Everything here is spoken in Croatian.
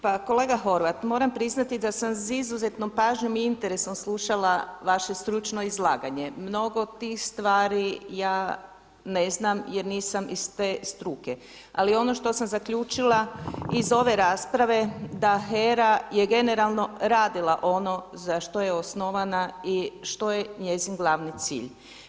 Pa kolega Horvat, moram priznati da sam sa izuzetnom pažnjom i interesom slušala vaše stručno izlaganje, mnogo tih stvari ja ne znam jer nisam iz te struke ali ono što sam zaključila iz ove rasprave da HERA je generalno radila ono za što je osnovana i što je njezin glavni cilj.